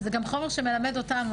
זה גם חומר שמלמד אותנו.